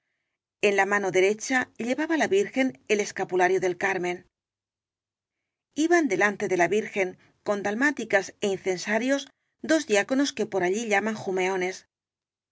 en la mano derecha llevaba la virgen el escapulario del carmen iban delante de la virgen con dalmáticas é in censarios dos diáconos que por allí llaman